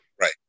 Right